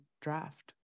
draft